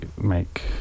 make